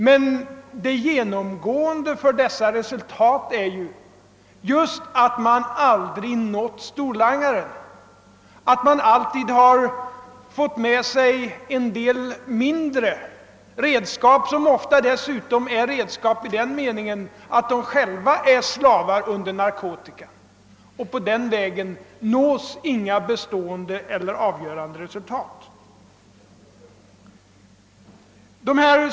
Men det genomgående för dessa resultat är just, att man aldrig nått storlangarna, att man alltid bara fått fast en del obetydliga redskap, som dessutom ofta är redskap i den meningen att de själva är slavar under narkotika. På den vägen nås inga bestående och avgörande resultat.